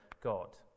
God